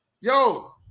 Yo